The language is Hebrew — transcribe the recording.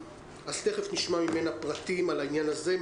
תכף נשמע מענת בן-סימון פרטים על העניין הזה.